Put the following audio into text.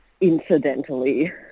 incidentally